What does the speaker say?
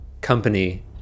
company